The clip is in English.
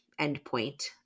endpoint